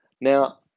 Now